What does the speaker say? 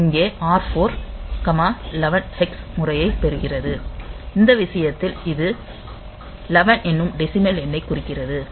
இங்கே R4 11 hex முறையைப் பெறுகிறது இந்த விஷயத்தில் இது 11 என்னும் டெசிமல் எண்ணைக் குறிக்கிறது